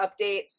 updates